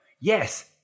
Yes